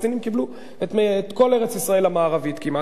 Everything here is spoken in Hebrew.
הפלסטינים קיבלו את כל ארץ-ישראל המערבית כמעט,